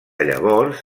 llavors